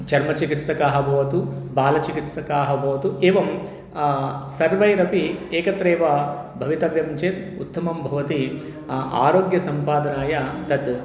चर्मचिकित्सकाः भवतु बालचिकित्सकाः भवतु एवं सर्वैरपि एकत्रैव भवितव्यं चेत् उत्तमं भवति आरोग्यसम्पादनाय तद्